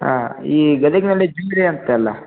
ಹಾಂ ಈ ಗದಗಿನಲ್ಲಿ ಬಿಂದ್ರಿ ಅಂತೆಲ್ಲ